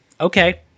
okay